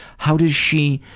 how does she.